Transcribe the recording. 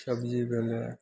सबजी भेलै